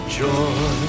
joy